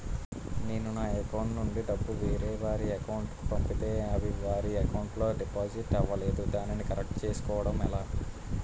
నేను నా అకౌంట్ నుండి డబ్బు వేరే వారి అకౌంట్ కు పంపితే అవి వారి అకౌంట్ లొ డిపాజిట్ అవలేదు దానిని కరెక్ట్ చేసుకోవడం ఎలా?